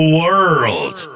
world